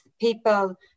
people